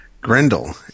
Grendel